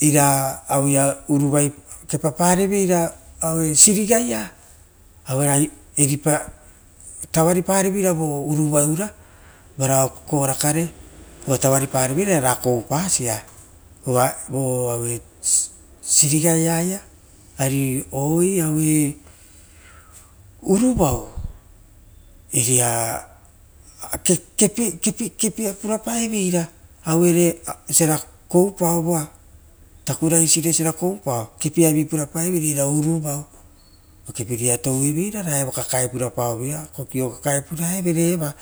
ioia kepa parevera aueia sirigaia, aueva tavariparevera vo uruvaia aue vo kokovara kare uva tavaripare veira vo koupasia aue sirigaia ia ari oiaue unvau eira kepia purapavera auere oisora kou pao voa takura isiro osiova kouipa kepiavi purapaevere eira uruvau aue re oisio ra koupao vo ra evo pivira toueverara. Kakae purapavera evoa.